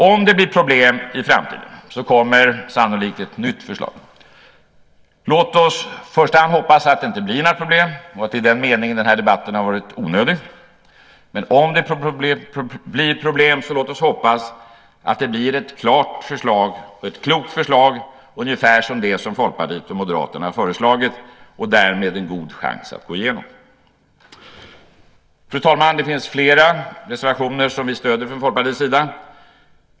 Om det blir problem i framtiden kommer sannolikt ett nytt förslag. Låt oss i första hand hoppas att det inte blir några problem och att i den meningen denna debatt har varit onödig. Men om det blir problem, låt oss hoppas att det blir ett klart och klokt förslag, ungefär som det Folkpartiet och Moderaterna har lagt fram, som därmed får en god chans att gå igenom. Fru talman! Det finns flera reservationer som vi stöder från Folkpartiets sida.